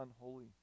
unholy